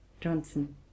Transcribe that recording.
johnson